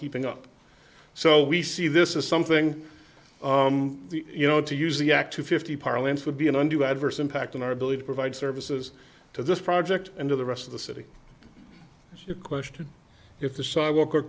keeping up so we see this is something you know to use the act to fifty parlance would be an undue adverse impact on our ability to provide services to this project and to the rest of the city the question if the s